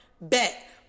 Bet